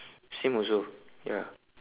same also ya